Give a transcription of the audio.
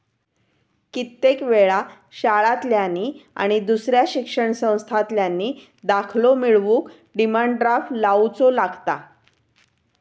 कित्येक वेळा शाळांतल्यानी नि दुसऱ्या शिक्षण संस्थांतल्यानी दाखलो मिळवूक डिमांड ड्राफ्ट लावुचो लागता